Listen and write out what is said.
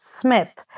Smith